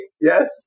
Yes